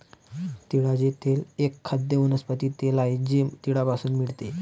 तिळाचे तेल एक खाद्य वनस्पती तेल आहे जे तिळापासून मिळते